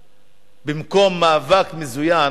פרגמטיות במקום מאבק מזוין,